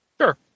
Sure